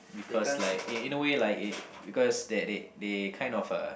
because like in in a way like it because that they they kind of uh